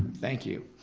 thank you,